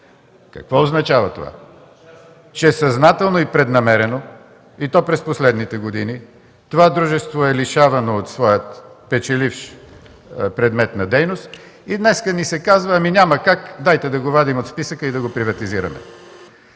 Какво означава това? Че съзнателно и преднамерено и то през последните години това дружество е лишавано от своя печеливш предмет на дейност и днес ни се казва: „Няма как, дайте да го вадим от списъка и да го приватизираме”.